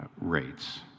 rates